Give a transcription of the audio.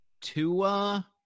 Tua